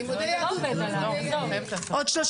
מה לעשות, זה לא נושא הדיון.